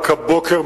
רק הבוקר,